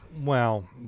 Well-